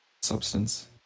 substance